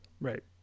Right